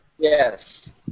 Yes